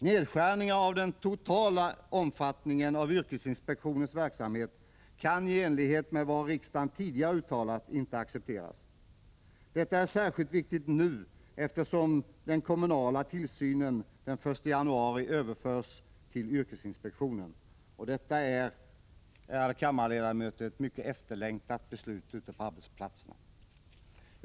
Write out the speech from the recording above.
Nedskärningar av den totala omfattningen av yrkesinspektionens verksamhet kan i enlighet med vad riksdagen tidigare uttalat inte accepteras. Detta är särskilt viktigt nu, eftersom den kommunala tillsynen den 1 januari överförs till yrkesinspektionen — det är, kammarledamöter, ett beslut som varit mycket efterlängtat ute på arbetsplatserna.